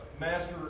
master